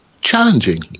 challenging